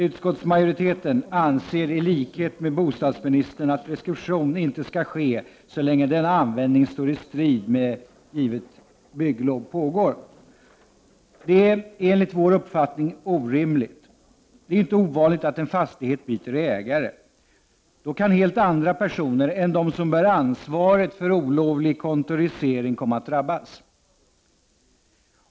Utskottsmajoriteten anser i likhet med bostadsministern att preskription inte skall ske så länge denna användning i strid mot givet bygglov pågår. Detta är enligt vår uppfattning orimligt. Det är ju inte ovanligt att en fastighet byter ägare. Då kan helt andra personer än de som bär ansvaret för en olovlig kontorisering komma att drabbas.